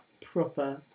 Proper